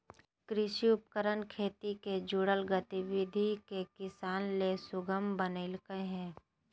कृषि उपकरण खेती से जुड़ल गतिविधि के किसान ले सुगम बनइलके हें